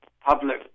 public